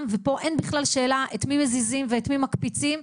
ופה אין בכלל שאלה את מי מזיזים ואת מי מקפיצים,